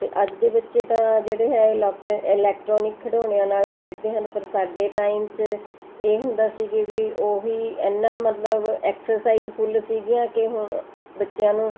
ਅਤੇ ਅੱਜ ਦੇ ਬੱਚੇ ਤਾਂ ਜਿਹੜੇ ਹੈ ਇਲੈਕਟ੍ਰ ਇਲੈਕਟ੍ਰੋਨਿਕ ਖਿਡੌਣਿਆਂ ਨਾਲ ਖੇਡਦੇ ਹਨ ਪਰ ਸਾਡੇ ਟਾਈਮ 'ਚ ਇਹ ਹੁੰਦਾ ਸੀ ਕਿ ਵੀ ਉਹੀ ਇੰਨਾ ਮਤਲਬ ਐਕਸਰਸਾਈਜ਼ ਫੁੱਲ ਸੀਗੀਆਂ ਕਿ ਹੁਣ ਬੱਚਿਆਂ ਨੂੰ